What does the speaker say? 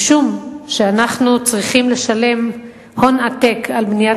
מכיוון שאנחנו צריכים לשלם הון עתק על בניית